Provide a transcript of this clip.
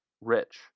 rich